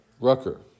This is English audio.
Rucker